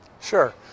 Sure